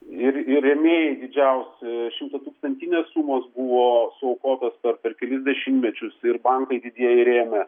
ir ir rėmėjai didžiausi šimtatūkstantinės sumos buvo suaukotos per kelis dešimtmečius ir bankai didieji rėmė